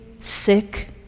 sick